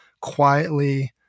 quietly